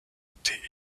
monte